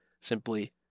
simply